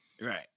Right